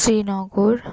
Srinagar